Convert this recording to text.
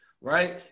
right